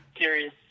serious